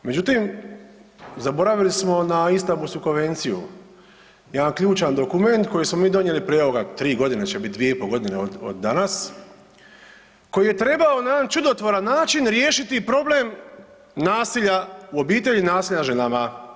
Međutim, zaboravili smo na Istambulsku konvenciju, jedan ključan dokument koji smo mi donijeli prije, evo ga, 3 godine će biti, 2 i pol godine od danas, koji je trebao na jedan čudotvoran način riješiti problem nasilja u obitelji i nasilja nad ženama.